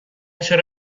چرا